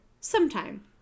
Sometime